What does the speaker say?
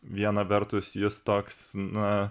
viena vertus jis toks na